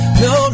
no